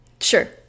Sure